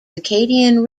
circadian